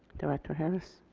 director harris.